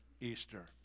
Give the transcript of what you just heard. Easter